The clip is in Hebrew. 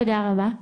תודה רבה.